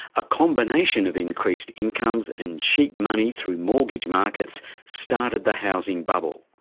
a combination of increased incomes and cheap money through mortgage markets started the housing bubble.